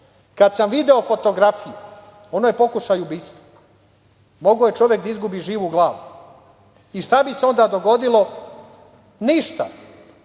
Kad sam video fotografiju, ono je pokušaj ubistva. Mogao je čovek da izgubi živu glavu. I šta bi se onda dogodilo? Ništa.